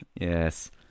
Yes